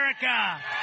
America